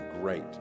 Great